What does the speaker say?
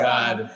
God